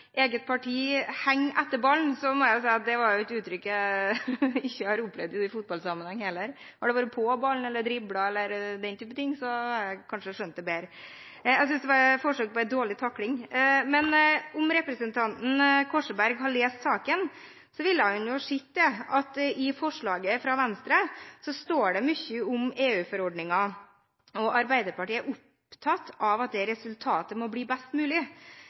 eget parti «henger etter ballen», må jeg si at det er et uttrykk jeg ikke har hørt i fotballsammenheng heller. Hadde det vært «på ballen», eller «driblet», eller den type ting, hadde jeg kanskje skjønt det bedre. Jeg synes det var et forsøk på en dårlig takling. Om representanten Korsberg hadde lest saken, ville han ha sett at det i forslaget fra Venstre står mye om EU-forordningen. Arbeiderpartiet er opptatt av at resultatet må bli best mulig.